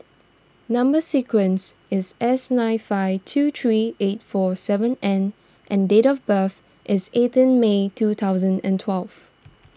Number Sequence is S nine five two three eight four seven N and date of birth is eighteen May two thousand and twelve